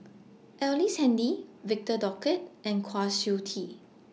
Ellice Handy Victor Doggett and Kwa Siew Tee